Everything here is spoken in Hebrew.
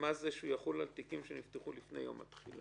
מה זה שהוא יחול על תיקים שנפתחו לפני יום התחילה?